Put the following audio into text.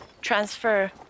transfer